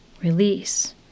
Release